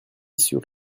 sur